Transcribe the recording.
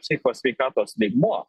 psichikos sveikatos lygmuo